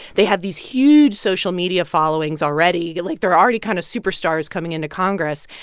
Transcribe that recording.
they have these huge social media followings already. like, they're already kind of superstars coming into congress.